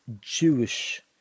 Jewish